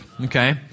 okay